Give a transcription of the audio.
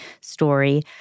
story